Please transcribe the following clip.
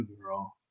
girl